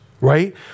right